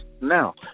Now